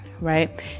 right